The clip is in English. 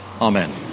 Amen